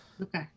Okay